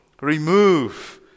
Remove